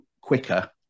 quicker